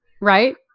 Right